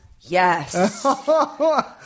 yes